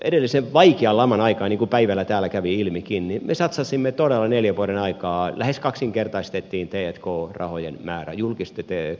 edellisen vaikean laman aikaan niin kuin päivällä täällä kävi ilmikin me satsasimme todella neljän vuoden aikana lähes kaksinkertaistettiin t k rahojen määrä julkisten t k panostusten määrä